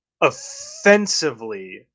offensively